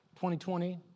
2020